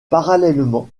parallèlement